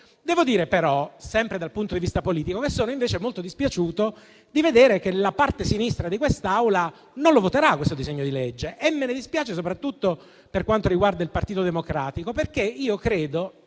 Devo dire però, sempre dal punto di vista politico, di essere invece molto dispiaciuto di vedere che la parte sinistra di quest'Aula non voterà il disegno di legge in esame. Mi dispiace soprattutto per quanto riguarda il Partito Democratico, dal quale